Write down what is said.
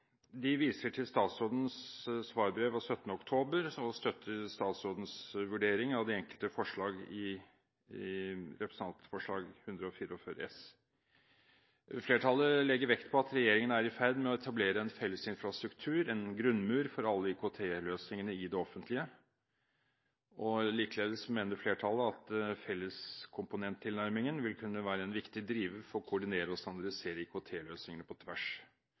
de enkelte forslag i Representantforslag 144 S. Flertallet legger vekt på at regjeringen er i ferd med å etablere en felles infrastruktur, en grunnmur, for alle IKT-løsningene i det offentlige. Likeledes mener flertallet at felleskomponenttilnærmingen vil kunne være en viktig driver for å koordinere og standardisere IKT-løsningene på tvers